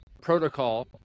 protocol